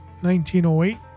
1908